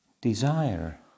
desire